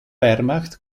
wehrmacht